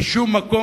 משום מקום,